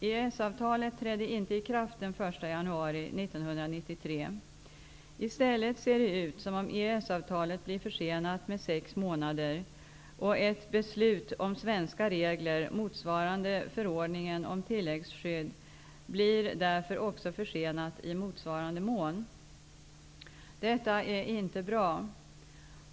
EES-avtalet trädde inte i kraft den 1 januari 1993. I stället ser det ut som om ikraftträdandet av EES-avtalet blir försenat med sex månader, och ett beslut om svenska regler motsvarande förordningen om tilläggsskydd blir därför också försenat i motsvarande mån. Detta är inte bra.